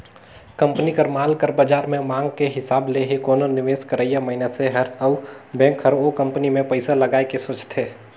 company कर माल कर बाजार में मांग के हिसाब ले ही कोनो निवेस करइया मनइसे हर अउ बेंक हर ओ कंपनी में पइसा लगाए के सोंचथे